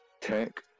tech